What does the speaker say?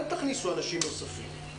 אל תכניסו אנשים נוספים.